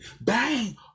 bang